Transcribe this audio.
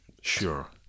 Sure